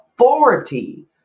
authority